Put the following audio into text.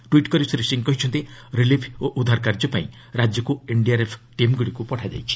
tweet କରି ଶ୍ରୀ ସିଂ କହିଛନ୍ତି relief ଓ ଉଦ୍ଧାର କାର୍ଯ୍ୟପାଇଁ ରାଜ୍ୟକୁ ଏନ୍ଡିଆର୍ଏଫ୍ ଟିମ୍ଗୁଡ଼ିକୁ ପଠାଯାଇଛି